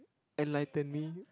enlighten me